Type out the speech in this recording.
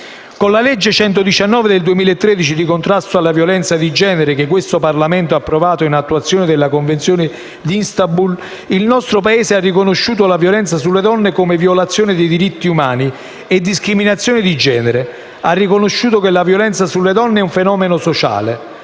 Con la legge n. 119 del 2013 di contrasto alla violenza di genere, che questo Parlamento ha approvato in attuazione della Convenzione di Istanbul, il nostro Paese ha riconosciuto la violenza sulle donne come violazione dei diritti umani e discriminazione di genere. Ha riconosciuto che la violenza sulle donne è un fenomeno sociale,